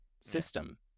system